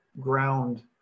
ground